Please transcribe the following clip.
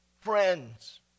friends